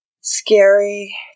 Scary